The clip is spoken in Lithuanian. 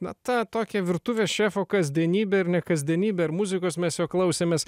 na tą tokią virtuvės šefo kasdienybę ir ne kasdienybę ir muzikos mes jo klausėmės